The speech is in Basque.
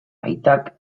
aitak